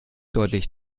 deutlich